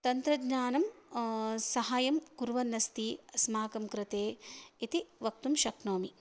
तन्त्रज्ञानं सहायं कुर्वन्नस्ति अस्माकं कृते इति वक्तुं शक्नोमि